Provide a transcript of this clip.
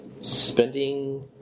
spending